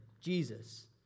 Jesus